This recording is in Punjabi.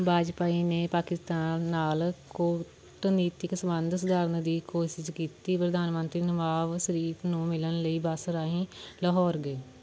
ਵਾਜਪਾਈ ਨੇ ਪਾਕਿਸਤਾਨ ਨਾਲ ਕੂਟਨੀਤਕ ਸੰਬੰਧ ਸੁਧਾਰਨ ਦੀ ਕੋਸ਼ਿਸ਼ ਕੀਤੀ ਪ੍ਰਧਾਨ ਮੰਤਰੀ ਨਵਾਬ ਸ਼ਰੀਫ਼ ਨੂੰ ਮਿਲਣ ਲਈ ਬੱਸ ਰਾਹੀਂ ਲਾਹੌਰ ਗਏ